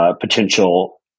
potential